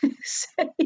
say